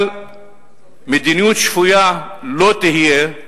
אבל מדיניות שפויה לא תהיה,